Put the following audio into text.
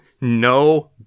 No